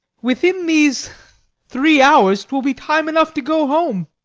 within these three hours twill be time enough to go home.